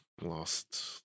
lost